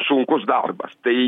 sunkus darbas tai